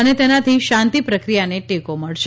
અને તેનાથી શાંતિ પ્રક્રિયાને ટેકો મળશે